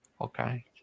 Okay